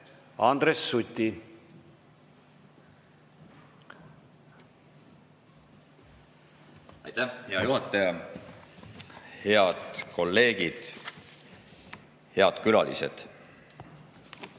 Andres Suti. Aitäh, hea juhataja! Head kolleegid! Head külalised!